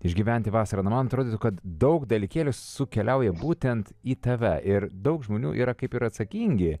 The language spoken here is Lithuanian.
išgyventi vasarą nu man atrodytų kad daug dalykėlių sukeliauja būtent į tave ir daug žmonių yra kaip ir atsakingi